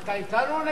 אתה אתנו או נגדנו?